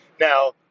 Now